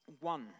one